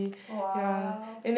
!wow!